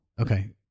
Okay